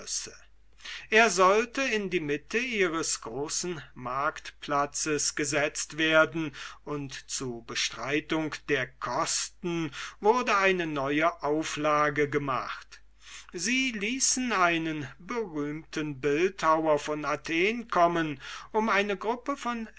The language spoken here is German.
er sollte in die mitte ihres großen marktplatzes gesetzt werden und zu bestreitung der kosten wurde eine neue auflage gemacht sie ließen einen berühmten bildhauer von athen kommen um eine gruppe von